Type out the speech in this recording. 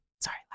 Sorry